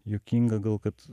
juokingą gal kad